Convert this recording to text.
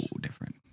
different